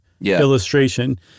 illustration